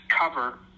cover